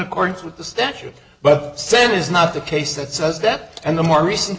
accordance with the statute but saying is not the case that says that and the more recent